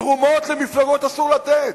תרומות למפלגות אסור לתת.